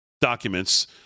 documents